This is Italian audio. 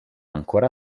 ancora